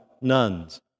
nuns